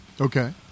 Okay